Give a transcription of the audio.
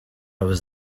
was